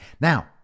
Now